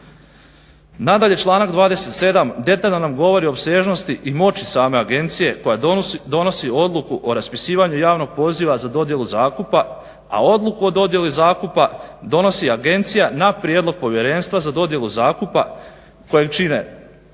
Nadalje, članak 27. detaljno nam govori o opsežnosti i moći same agencije koja donosi odluku o raspisivanju javnog poziva za dodjelu zakupa, a odluku o dodjeli zakupa donosi agencija na prijedlog Povjerenstva za dodjelu zakupa koju čine